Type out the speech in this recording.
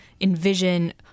envision